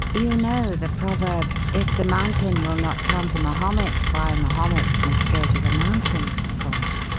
you know the proverb if the mountain will not come to mahomet, why, mahomet must go to the mountain of course,